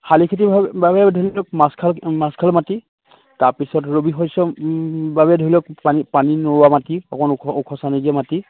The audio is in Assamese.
শালি খেতিৰ বাবে ধৰি লওক মাছ খাল মাছখাল মাটি তাৰপিছত ৰবি শস্য বাবে ধৰি লওক পানী পানী নোলোৱা মাটি অকণ ওখ ওখ চানেকিয়া মাটি